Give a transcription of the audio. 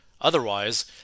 Otherwise